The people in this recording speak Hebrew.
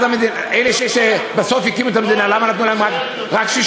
אלה שבסוף הקימו את המדינה, למה נתנו להם רק 6%?